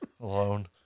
alone